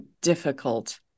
difficult